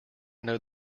know